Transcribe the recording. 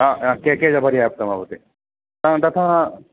एकेन पर्याप्तं भवति तथा